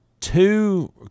two –